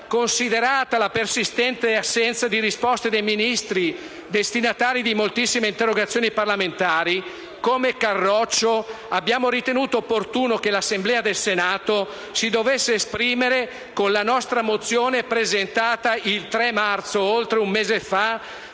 considerata la persistente assenza di risposte dei ministri destinatari di moltissime interrogazioni parlamentari, come Carroccio abbiamo ritenuto opportuno che l'Assemblea del Senato si esprimesse su questa mozione, presentata il 3 marzo (oltre un mese fa)